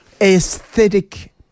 aesthetic